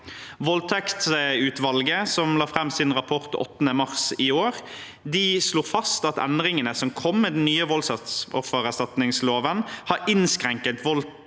Voldtektsutvalget, som la fram sin rapport 8. mars i år, slo fast at endringene som kom med den nye voldserstatningsloven, har innskrenket voldtektsutsattes